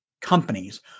companies